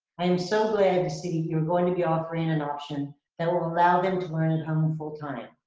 and so glad to see you're going to be offering an option that will allow them to learn at home full time.